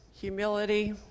humility